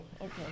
okay